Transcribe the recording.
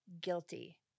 guilty